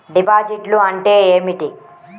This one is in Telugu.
డిపాజిట్లు అంటే ఏమిటి?